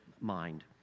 mind